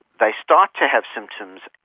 they start to have symptoms,